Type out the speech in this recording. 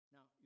Now